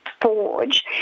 forge